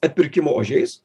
atpirkimo ožiais